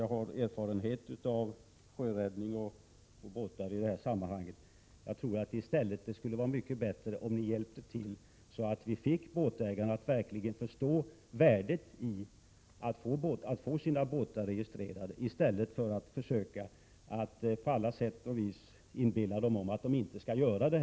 Jag har erfarenhet av sjöräddning och båtar i detta sammanhang, och jag tror att det skulle vara mycket bättre om ni hjälpte till så att vi fick båtägarna att förstå värdet av att få sina båtar registrerade, i stället för att på alla sätt och vis inbilla dem att de inte skall registrera.